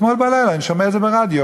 אתמול בלילה אני שומע את זה ברדיו,